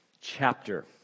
chapter